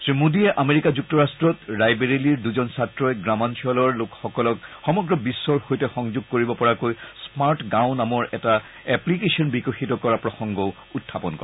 শ্ৰীমোদীয়ে আমেৰিকা যুক্তৰাট্টত ৰাইবেৰেলীৰ দুজন ছাত্ৰই গ্ৰাম্যাঞ্চলৰ লোকসকলক সমগ্ৰ বিশ্বৰ সৈতে সংযোগ কৰিব পৰাকৈ স্মাৰ্ট গাওঁ নামৰ এটা এপ্লিকেশ্বন বিকশিত কৰা প্ৰসঙ্গও উত্থাপন কৰে